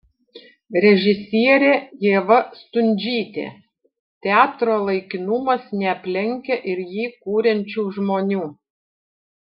režisierė ieva stundžytė teatro laikinumas neaplenkia ir jį kuriančių žmonių